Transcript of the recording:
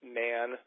man